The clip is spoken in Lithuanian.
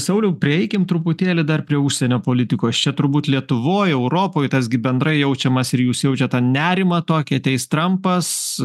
sauliau prieikim truputėlį dar prie užsienio politikos čia turbūt lietuvoj europoj tas gi bendrai jaučiamas ir jūs jaučiat tą nerimą tokį ateis trampas